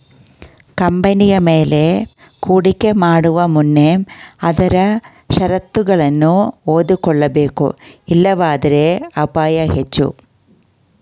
ಕಂಪನಿಯ ಮೇಲೆ ಹೂಡಿಕೆ ಮಾಡುವ ಮುನ್ನ ಆದರೆ ಶರತ್ತುಗಳನ್ನು ಓದಿಕೊಳ್ಳಬೇಕು ಇಲ್ಲವಾದರೆ ಅಪಾಯ ಹೆಚ್ಚು